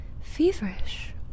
feverish